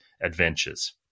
adventures